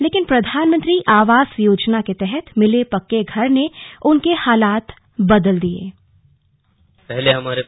लेकिन प्रधानमंत्री आवास योजना के तहत मिले पक्के घर ने उनके हालात बदल दिये